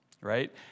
right